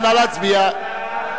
מי נמנע?